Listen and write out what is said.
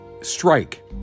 strike